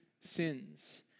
sins